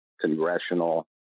Congressional